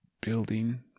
building